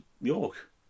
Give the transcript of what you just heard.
york